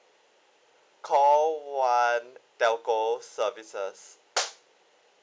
call one telco services